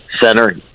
center